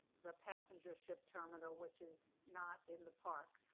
the passenger ship terminal which is not in the park,